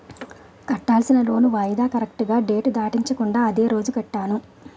కట్టాల్సిన లోన్ వాయిదా కరెక్టుగా డేట్ దాటించకుండా అదే రోజు కట్టాను